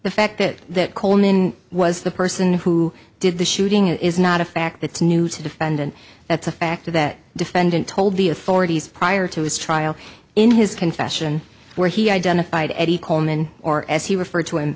the fact that colin was the person who did the shooting is not a fact that's new to defendant that's a fact that defendant told the authorities prior to his trial in his confession where he identified eddie coleman or as he referred to in